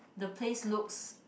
the place looks